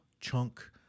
chunk